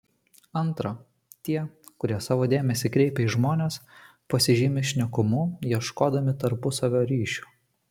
antra tie kurie savo dėmesį kreipia į žmones pasižymi šnekumu ieškodami tarpusavio ryšių